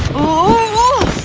ooof!